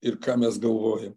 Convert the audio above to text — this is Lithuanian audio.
ir ką mes galvojam